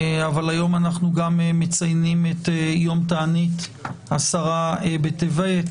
אבל היום אנחנו גם מציינים את יום תענית עשרה בטבת,